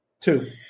Two